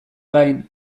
gain